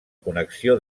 connexió